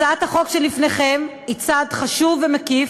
הצעת החוק שלפניכם היא צעד חשוב ומקיף,